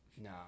no